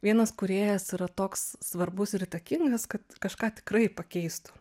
vienas kūrėjas yra toks svarbus ir įtakingas kad kažką tikrai pakeistų